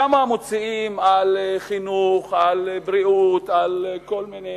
כמה מוציאים על חינוך, על בריאות, על כל מיני.